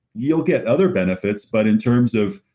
you'll get other benefits, but in terms of,